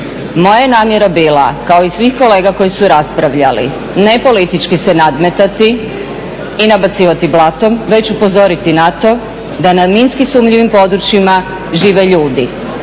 Moja je namjera bila kao i svih kolega koji su raspravljali ne politički se nadmetati i nabacivati blatom već upozoriti NATO da na minski sumnjivim područjima žive ljudi.